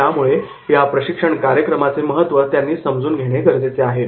त्यामुळे या प्रशिक्षण कार्यक्रमाचे महत्त्व त्यांनी समजून घेणे गरजेचे आहे